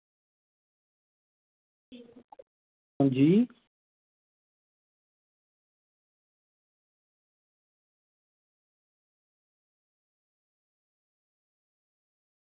हां जी